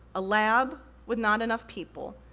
a lab with not enough people,